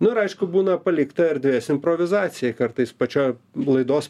nu ir aišku būna palikta erdvės improvizacijai kartais pačioj laidos